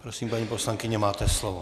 Prosím, paní poslankyně, máte slovo.